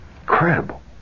Incredible